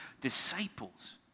disciples